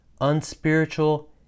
unspiritual